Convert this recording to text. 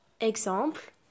Exemple